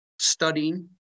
studying